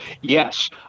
Yes